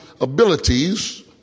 abilities